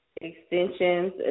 extensions